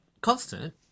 constant